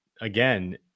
again